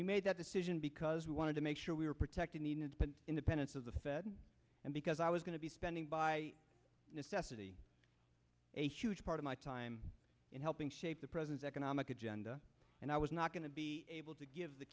we made that decision because we wanted to make sure we were protecting the innocent independence of the fed and because i was going to be spending by necessity a huge part of my time in helping shape the president's economic agenda and i was not going to be able to give the